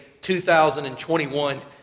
2021